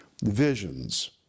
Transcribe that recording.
visions